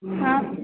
हाँ